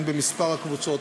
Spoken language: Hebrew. הן במספר הקבוצות,